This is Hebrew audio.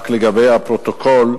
רק לגבי הפרוטוקול,